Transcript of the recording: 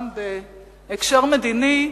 גם בהקשר מדיני,